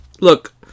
look